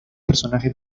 personaje